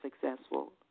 successful